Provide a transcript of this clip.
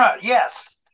Yes